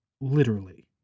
Literally